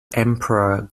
emperor